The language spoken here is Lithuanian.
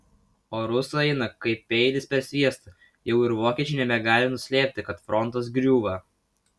o rusai eina kaip peilis per sviestą jau ir vokiečiai nebegali nuslėpti kad frontas griūva